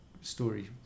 story